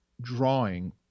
drawing